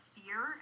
fear